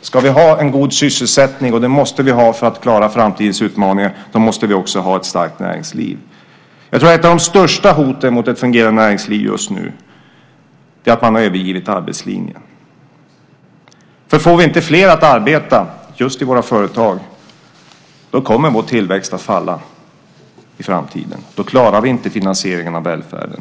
Ska vi ha en god sysselsättning - och det måste vi ha för att klara framtidens utmaningar - måste vi naturligtvis också ha ett starkt näringsliv. Ett av de största hoten mot ett fungerande näringsliv just nu tror jag är att man har övergivit arbetslinjen. Får vi inte fler att arbeta i våra företag kommer vår tillväxt att falla i framtiden. Då klarar vi inte finansieringen av välfärden.